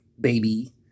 baby